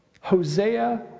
Hosea